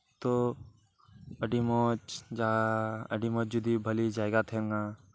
ᱛᱚ ᱟᱹᱰᱤ ᱢᱚᱸᱡᱽ ᱡᱟ ᱟᱹᱰᱤ ᱢᱚᱸᱡᱽ ᱡᱩᱫᱤ ᱵᱷᱟᱹᱞᱤ ᱡᱟᱭᱜᱟ ᱛᱟᱦᱮᱱᱟ